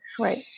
Right